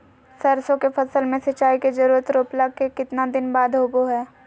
सरसों के फसल में सिंचाई के जरूरत रोपला के कितना दिन बाद होबो हय?